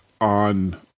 on